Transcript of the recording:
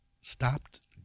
stopped